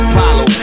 Apollo